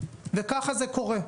וככה זה קורה.